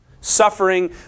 Suffering